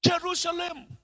Jerusalem